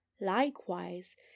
Likewise